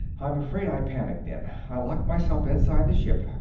i'm afraid i panicked then. i locked myself inside the ship,